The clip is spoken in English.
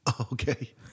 Okay